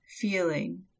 feeling